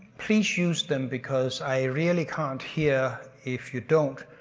please use them because i really can't hear if you don't.